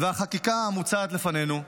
והחקיקה המוצעת לפנינו,